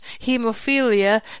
hemophilia